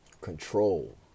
control